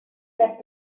that